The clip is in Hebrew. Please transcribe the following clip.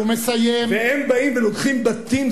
והם באים ולוקחים בתים,